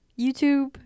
youtube